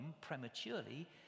prematurely